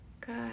good